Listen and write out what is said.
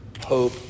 hope